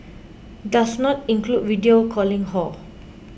does not include video calling hor